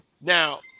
now